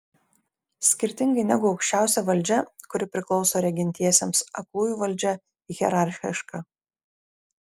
skirtingai negu aukščiausia valdžia kuri priklauso regintiesiems aklųjų valdžia hierarchiška